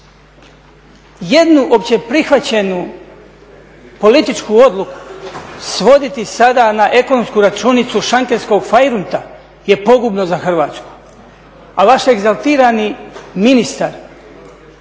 Jednu opće prihvaćenu političku odluku svoditi sada na ekonomsku računicu šankerskog fajrunta je pogubno za Hrvatsku, a vaš egzaltirani ministar